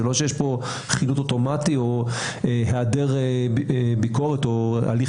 זה לא שיש כאן חילוט אוטומטי או היעדר ביקורת או הליך